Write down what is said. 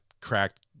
cracked